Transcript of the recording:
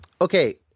Okay